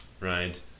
Right